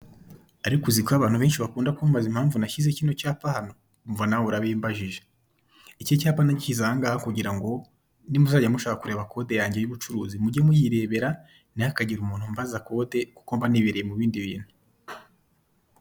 Ariko uziko abantu benshi bakunda kumbaza impamvu nashyize kino cyapa hano, umva nawe urabimbajije. Icyi cyapa nagishyize ahangaha kugirango nimuzajya mushaka kureba kode yanjye y'ubucuruzi mujye muyirebera ntihakagire umuntu umbaza kode kuko mba nibereye mubindi bintu.